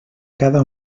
cada